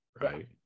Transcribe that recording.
right